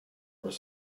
was